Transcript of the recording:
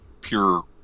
pure